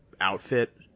outfit